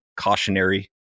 cautionary